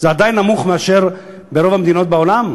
זה עדיין נמוך מאשר ברוב מדינות העולם.